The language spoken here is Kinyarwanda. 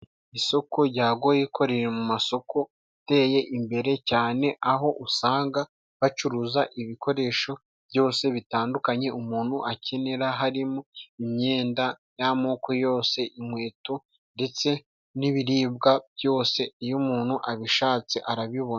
Isoko rya Goyiko riri mu masoko iteye imbere cyane ,aho usanga bacuruza ibikoresho byose bitandukanye umuntu akenera harimo: imyenda y'amoko yose, inkweto, ndetse n'ibiribwa byose, iyo umuntu abishatse arabibona.